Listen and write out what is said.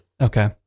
Okay